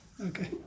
okay